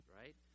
right